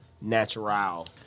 natural